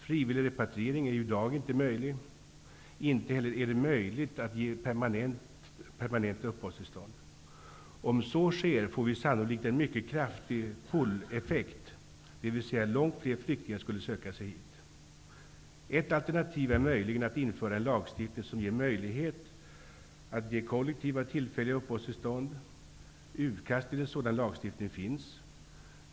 Frivillig repatriering är ju i dag inte möjlig. Inte heller är det möjligt att ge permanenta uppehållstillstånd. Om så sker får vi sannolikt en mycket kraftig ''pull-effekt'', dvs. att långt fler flyktingar skulle söka sig hit. Ett alternativ är möjligen att införa en lagstiftning som ger möjlighet att ge kollektiva tillfälliga uppehållstillstånd. Utkast till en sådan lagstiftning finns.